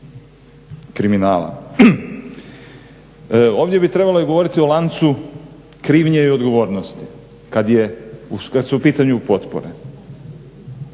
kriminala. Ovdje bi trebalo govoriti o lancu krivnje i odgovornosti kada su u pitanju potpore.